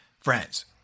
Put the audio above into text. friends